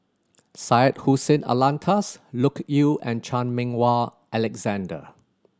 Syed Hussein Alatas Loke Yew and Chan Meng Wah Alexander